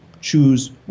choose